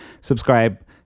subscribe